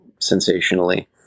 sensationally